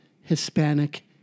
Hispanic